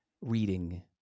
reading